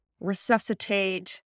resuscitate